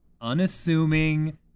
unassuming